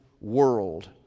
world